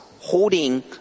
holding